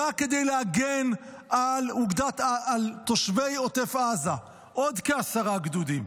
רק כדי להגן על תושבי עוטף עזה, עוד כעשרה גדודים.